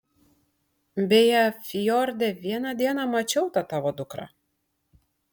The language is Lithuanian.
beje fjorde vieną dieną mačiau tą tavo dukrą